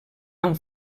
amb